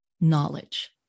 knowledge